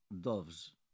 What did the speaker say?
doves